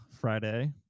Friday